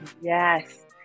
Yes